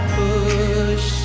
push